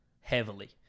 heavily